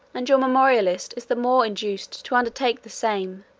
and your memorialist is the more induced to undertake the same,